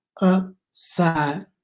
upside